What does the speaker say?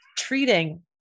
treating